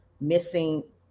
missing